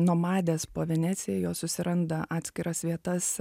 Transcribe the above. nomadės po veneciją jos susiranda atskiras vietas